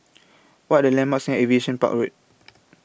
What Are The landmarks near Aviation Park Road